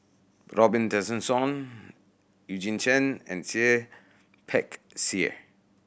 Robin Tessensohn Eugene Chen and Seah Peck Seah